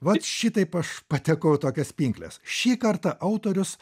vat šitaip aš patekau į tokias pinkles šį kartą autorius